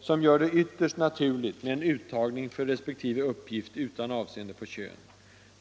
som gör det ytterst naturligt med en uttagning för respektive uppgift utan avseende på kön.